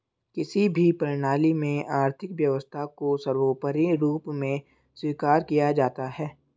किसी भी प्रणाली में आर्थिक व्यवस्था को सर्वोपरी रूप में स्वीकार किया जाता है